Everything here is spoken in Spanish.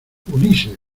ulises